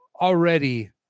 already